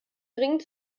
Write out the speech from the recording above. dringend